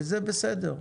וזה בסדר.